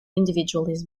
individualism